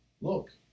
look